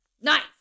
Nice